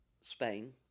Spain